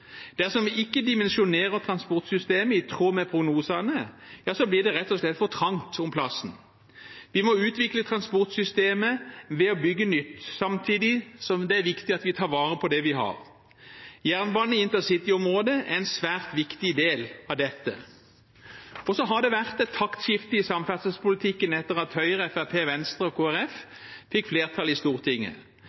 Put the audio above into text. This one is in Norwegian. Dersom vi ikke dimensjonerer transportsystemet i tråd med prognosene, blir det rett og slett for trangt om plassen. Vi må utvikle transportsystemet ved å bygge nytt, samtidig som det er viktig at vi tar vare på det vi har. Jernbane i InterCity-området er en svært viktig del av dette. Det har vært et taktskifte i samferdselspolitikken etter at Høyre, Fremskrittspartiet, Venstre og Kristelig Folkeparti fikk flertall i Stortinget.